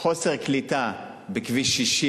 חוסר קליטה בכביש 60